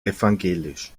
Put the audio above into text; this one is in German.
evangelisch